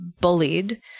bullied